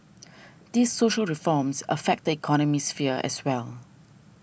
these social reforms affect the economic sphere as well